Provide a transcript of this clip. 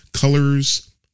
colors